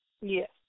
Yes